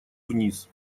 вниз